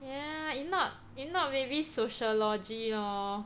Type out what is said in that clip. ya if not if not maybe sociology lor